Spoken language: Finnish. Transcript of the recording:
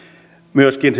myöskin